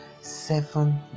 seven